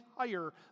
entire